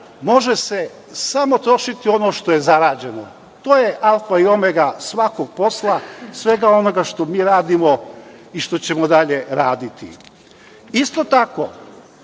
može se samo trošiti samo ono što je zarađeno. To je alfa i omega svakog posla, svega onoga što mi radimo i što ćemo dalje raditi. Isto tako,